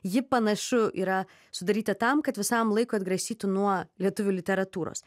ji panašu yra sudaryta tam kad visam laikui atgrasytų nuo lietuvių literatūros